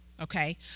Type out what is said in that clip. Okay